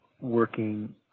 working